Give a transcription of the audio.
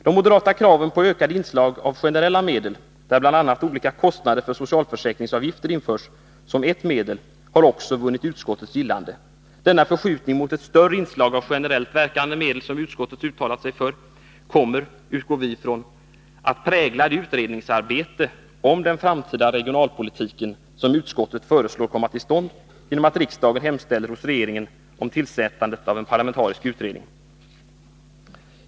De moderata kraven på ökade inslag av generella medel, där bl.a. olika kostnader för socialförsäkringsavgifter införs såsom ett medel, har också vunnit utskottets gillande. Denna förskjutning mot ett större inslag av generellt verkande medel, som utskottet har uttalat sig för, kommer — utgår vi från — också att prägla det utredningsarbete om den framtida regionalpolitiken som utskottet föreslår komma till stånd genom att riksdagen hemställer hos regeringen om tillsättande av en parlamentarisk utredning.